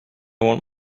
want